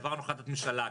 העברנו החלטת ממשלה,